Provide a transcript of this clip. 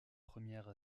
première